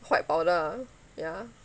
white powder uh ya